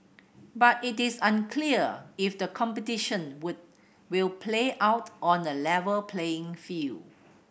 but it is unclear if the competition would will play out on a level playing field